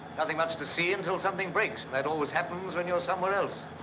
nothing much to see until something breaks. and that always happens when you're somewhere else.